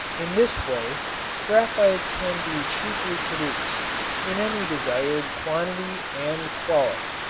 in this way graphite can be cheaply produced in any desired quantity and quality.